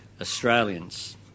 Australians